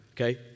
okay